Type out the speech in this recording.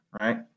right